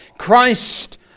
Christ